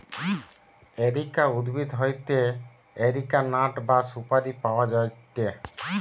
areca উদ্ভিদ হইতে areca nut বা সুপারি পাওয়া যায়টে